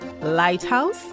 lighthouse